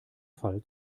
fall